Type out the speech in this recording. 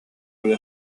había